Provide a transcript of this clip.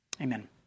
Amen